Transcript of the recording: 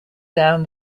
down